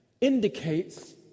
indicates